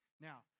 Now